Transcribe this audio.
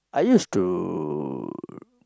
I used to